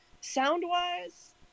sound-wise